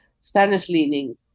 Spanish-leaning